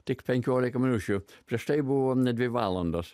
tik penkiolika minučių prieš tai buvo dvi valandos